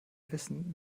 wissen